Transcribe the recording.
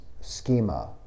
Schema